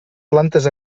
plantes